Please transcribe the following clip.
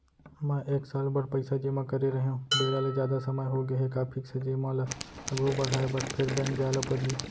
मैं एक साल बर पइसा जेमा करे रहेंव, बेरा ले जादा समय होगे हे का फिक्स जेमा ल आगू बढ़ाये बर फेर बैंक जाय ल परहि?